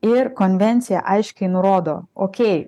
ir konvencija aiškiai nurodo okei